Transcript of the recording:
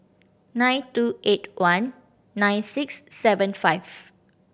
nine two eight one nine six seven five